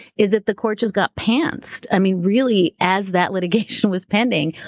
is that the court just got pantsed. i mean, really as that litigation was pending,